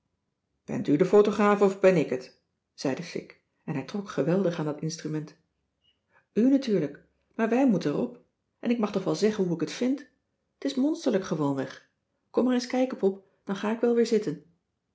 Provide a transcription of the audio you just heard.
bent u de photograaf of ben ik het zei de sik en hij trok geweldig aan dat instrument u natuurlijk maar wij moeten er op en ik mag toch wel zeggen hoe ik het vind t is monsterlijk cissy van marxveldt de h b s tijd van joop ter heul gewoonweg kom maar eens kijken pop dan ga ik wel wel weer zitten